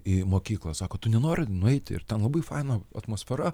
į mokyklą sako tu nenori nueit ir ten labai faina atmosfera